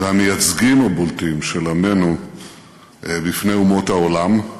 והמייצגים הבולטים של עמנו בפני אומות העולם.